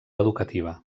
educativa